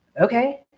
Okay